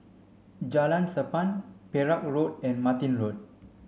Jalan Sappan Perak Road and Martin Road